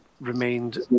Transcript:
remained